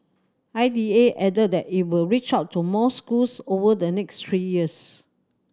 I D A added that it will reach out to more schools over the next three years